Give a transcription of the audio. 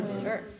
Sure